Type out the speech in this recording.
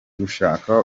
gushaka